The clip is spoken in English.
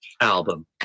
album